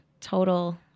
total